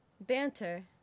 banter